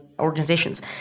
organizations